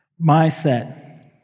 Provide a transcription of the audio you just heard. mindset